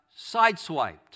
sideswiped